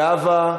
זהבה.